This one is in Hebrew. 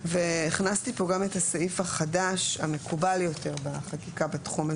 הכנסתי פה גם את הסעיף החדש המקובל יותר בחקיקה בתחום הזה,